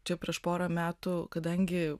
čia prieš porą metų kadangi